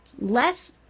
less